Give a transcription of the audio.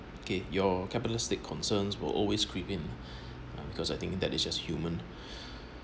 okay your capitalistic concerns will always creep in uh because I think that is just human